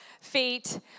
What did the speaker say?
feet